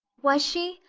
was she?